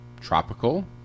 tropical